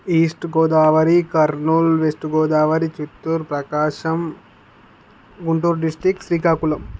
east Godavari Kurnool west Godavari Chittoor Prakasam Guntur district Srikakulam